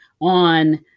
on